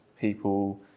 people